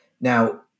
Now